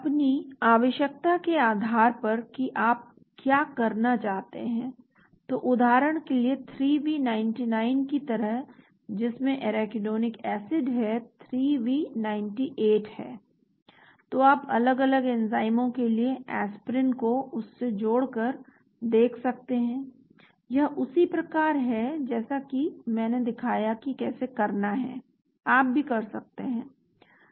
अपनी आवश्यकता के आधार पर कि आप क्या करना चाहते हैं तो उदाहरण के लिए 3V99 की तरह जिसमें एराकिडोनिक एसिड है 3V98 है तो आप अलग अलग एंजाइमों के लिए एस्पिरिन को उस से जोड़कर देख सकते हैं यह उसी प्रकार है जैसा कि मैंने दिखाया कि कैसे करना है आप भी कर सकते हैं